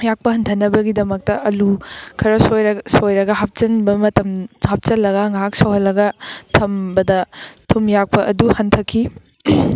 ꯌꯥꯛꯄ ꯍꯟꯊꯅꯕꯒꯤꯗꯃꯛꯇ ꯑꯂꯨ ꯈꯔ ꯁꯣꯏꯔꯒ ꯍꯥꯞꯆꯤꯟꯕ ꯃꯇꯝ ꯍꯥꯞꯆꯜꯂꯒ ꯉꯍꯥꯛ ꯁꯧꯍꯜꯂꯒ ꯊꯝꯕꯗ ꯊꯨꯝ ꯌꯥꯛꯄ ꯑꯗꯨ ꯍꯟꯊꯈꯤ